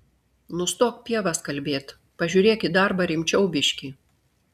nustok pievas kalbėt pažiūrėk į darbą rimčiau biškį